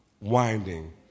winding